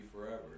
forever